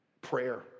prayer